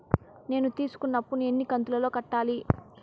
నేను తీసుకున్న అప్పు ను ఎన్ని కంతులలో కట్టాలి?